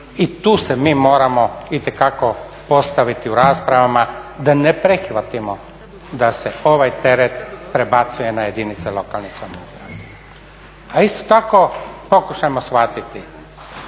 i tu se mi moramo itekako postaviti u raspravama da ne prihvatimo da se ovaj teret prebacuje na jedinice lokalne samouprave. A isto tako pokušajmo shvatiti